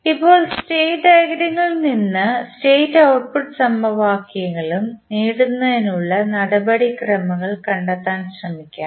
ഇപ്പോൾ സ്റ്റേറ്റ് ഡയഗ്രാമിൽ നിന്ന് സ്റ്റേറ്റ് ഔട്ട്പുട്ട് സമവാക്യങ്ങളും നേടുന്നതിനുള്ള നടപടിക്രമങ്ങൾ കണ്ടെത്താൻ ശ്രമിക്കാം